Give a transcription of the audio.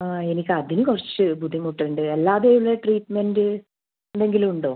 എനിക്ക് അതിന് കുറച്ച് ബുദ്ധിമുട്ട് ഉണ്ട് അല്ലാതെ ഉള്ള ട്രീറ്റ്മെൻ്റ് എന്തെങ്കിലും ഉണ്ടോ